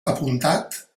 apuntat